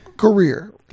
Career